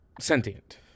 sentient